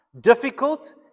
difficult